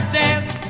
dance